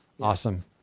Awesome